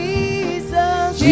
Jesus